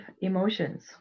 emotions